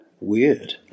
Weird